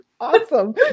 Awesome